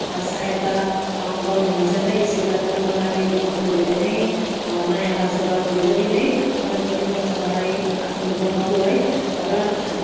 सहायता गर्नु हुन्छ यसै कारण मलाई मेरो गाउँको धेरै नै माया लाग्छ र धेरै नै मन पनि पर्छ मलाई आफ्नो गाउँको है र